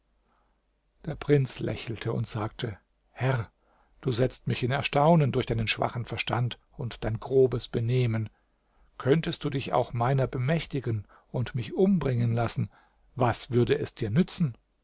der prinz lächelte und sagte herr du setzt mich in erstaunen durch deinen schwachen verstand und dein grobes benehmen könntest du dich auch meiner bemächtigen und mich umbringen lassen was würde es dir nützen